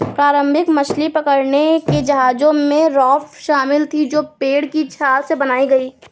प्रारंभिक मछली पकड़ने के जहाजों में राफ्ट शामिल थीं जो पेड़ की छाल से बनाई गई